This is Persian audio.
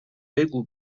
بگو